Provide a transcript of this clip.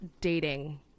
dating